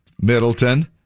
Middleton